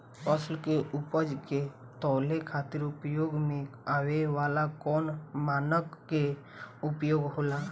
फसल के उपज के तौले खातिर उपयोग में आवे वाला कौन मानक के उपयोग होला?